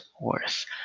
worth